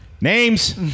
Names